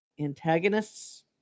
antagonists